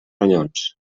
ronyons